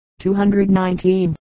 219